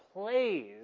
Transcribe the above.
plays